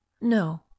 No